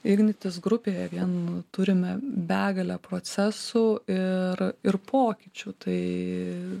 ignitis grupėje vien turime begalę procesų ir ir pokyčių tai